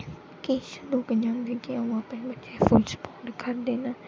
किश लोक इ'यां होंदे कि ओह् अपने बच्चें गी सपोर्ट करदे न